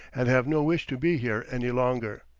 and have no wish to be here any longer.